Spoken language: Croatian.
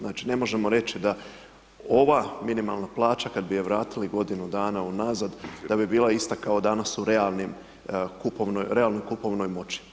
Znači ne možemo reći da ova minimalna plaća kada bi je vratili godinu dana u nazad da bi bila ista kao danas u realnim, realnoj kupovnoj moći.